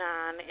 on